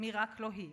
מ"רק לא היא"?